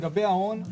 לגבי ההון,